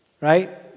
right